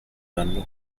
anno